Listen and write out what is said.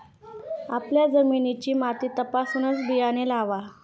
आपल्या जमिनीची माती तपासूनच बियाणे लावा